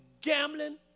gambling